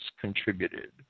contributed